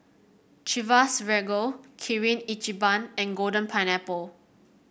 Chivas Regal Kirin Ichiban and Golden Pineapple